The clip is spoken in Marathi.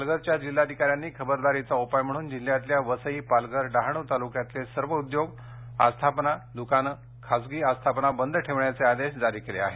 पालघरच्या जिल्हाधिकाऱ्यांनी खबरदारीचा उपाय म्हणून जिल्हयातल्या वसई पालघर डहाणू तालुक्यातले सर्व उद्योग आस्थापना दुकानं खाजगी आस्थापना बंद ठेवण्याचे आदेश जारी केले आहेत